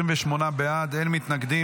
28 בעד, אין מתנגדים.